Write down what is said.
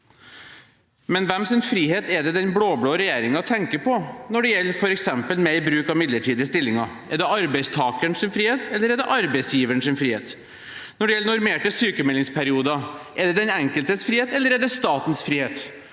Men hvem sin frihet er det den blåblå regjeringen tenker på når det gjelder f.eks. mer bruk av midlertidige stillinger? Er det arbeidstakerens frihet, eller er det arbeidsgiverens frihet? Når det gjelder normerte sykmeldingsperioder, er det den enkeltes frihet, eller er det statens frihet?